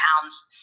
pounds